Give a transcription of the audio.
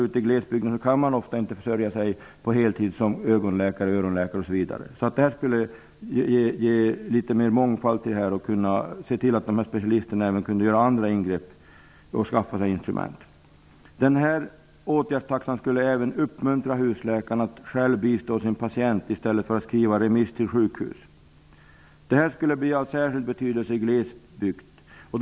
Ute i glesbygden kan man ofta inte försörja sig på heltid som ögonläkare, öronläkare osv. Det skulle alltså bli mer av mångfald, om man såg till att specialisterna kunde skaffa sig instrument och göra ingrepp. Den här åtgärdstaxan skulle även uppmuntra husläkarna att själva bistå sin patient i stället för att skriva remiss till sjukhus. Det skulle bli av särskild betydelse i glesbygden.